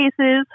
cases